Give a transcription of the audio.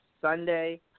Sunday